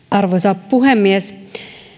arvoisa puhemies